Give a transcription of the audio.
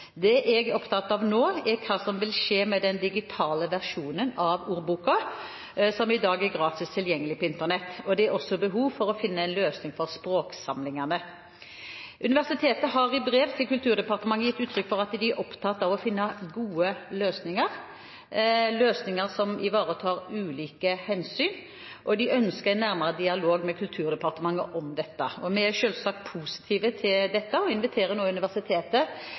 Det jeg er opptatt av nå, er hva som vil skje med den digitale versjonen av ordboken, som i dag er gratis tilgjengelig på Internett. Det er også behov for å finne en løsning for språksamlingene. Universitetet har i brev til Kulturdepartementet gitt uttrykk for at de er opptatt av å finne gode løsninger, løsninger som ivaretar ulike hensyn, og de ønsker en nærmere dialog med Kulturdepartementet om dette. Vi er selvsagt positive til dette og inviterer nå universitetet